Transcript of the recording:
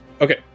Okay